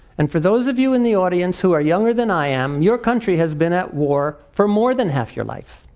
and for those of you in the audience who are younger than i am your country has been at war for more than half your life.